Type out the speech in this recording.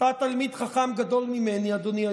אתה תלמיד חכם גדול ממני, אדוני היושב-ראש,